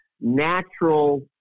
natural